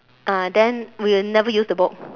ah then we never use the book